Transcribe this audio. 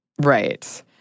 Right